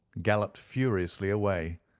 galloped furiously away,